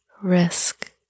risk